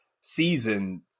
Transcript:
season